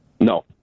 No